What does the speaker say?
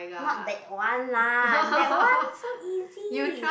not that one lah that one so easy